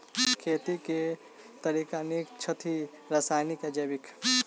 खेती केँ के तरीका नीक छथि, रासायनिक या जैविक?